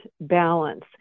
balance